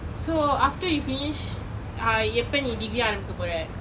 so after you finish uh எப்போ நீ:eppo nee degree ஆரம்பிக்க போறே:aarambikka pore